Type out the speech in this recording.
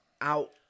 out